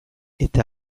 eta